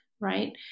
right